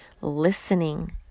listening